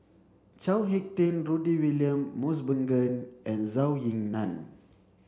Chao Hick Tin Rudy William Mosbergen and Zhou Ying Nan